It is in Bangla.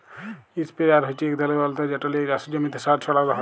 ইসপেরেয়ার হচ্যে এক ধরলের যন্তর যেট লিয়ে চাসের জমিতে সার ছড়ালো হয়